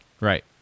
Right